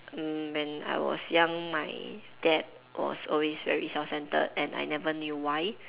mm when I was young my dad was always very self centred and I never knew why